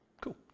Cool